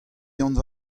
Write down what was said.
yann